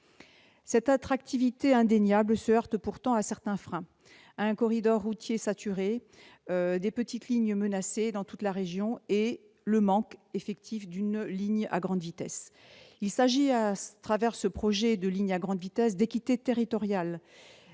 Cette attractivité indéniable se heurte pourtant à certains freins : un corridor routier saturé, des petites lignes menacées dans toute la région et le manque effectif d'une ligne à grande vitesse. Au travers de ce projet de ligne à grande vitesse, il est question d'équité territoriale